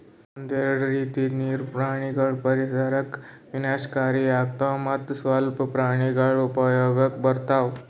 ಒಂದೆರಡು ರೀತಿದು ನೀರು ಪ್ರಾಣಿಗೊಳ್ ಪರಿಸರಕ್ ವಿನಾಶಕಾರಿ ಆತವ್ ಮತ್ತ್ ಸ್ವಲ್ಪ ಪ್ರಾಣಿಗೊಳ್ ಉಪಯೋಗಕ್ ಬರ್ತವ್